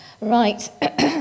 right